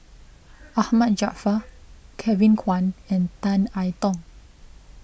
Ahmad Jaafar Kevin Kwan and Tan I Tong